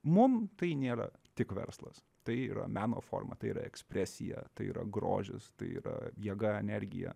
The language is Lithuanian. mum tai nėra tik verslas tai yra meno forma tai yra ekspresija tai yra grožis tai yra jėga energija